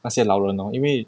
那些老人 lor 因为